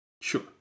Sure